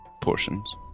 portions